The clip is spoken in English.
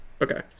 Okay